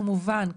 כמובן,